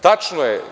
Tačno je.